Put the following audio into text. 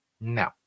No